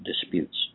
disputes